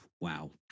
Wow